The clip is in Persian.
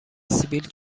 سیبیل